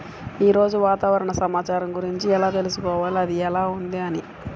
ఈరోజు వాతావరణ సమాచారం గురించి ఎలా తెలుసుకోవాలి అది ఎలా ఉంది అని?